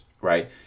right